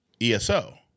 ESO